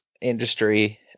industry